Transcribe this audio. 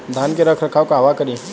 धान के रख रखाव कहवा करी?